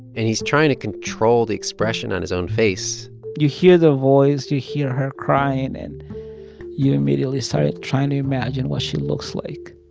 and he's trying to control the expression on his own face you hear the voice. you hear her crying, and you immediately started trying to imagine what she looks like.